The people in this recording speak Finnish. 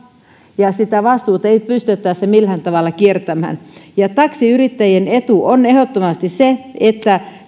ja sitä vastuuta ei pystytä tässä millään tavalla kiertämään taksiyrittäjien etu on ehdottomasti se että